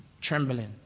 trembling